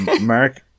Mark